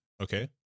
okay